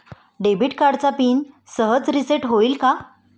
Debit कार्डचा pin सहज reset होईल का?